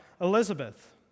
Elizabeth